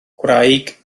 gwraig